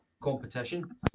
competition